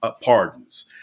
pardons